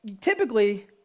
typically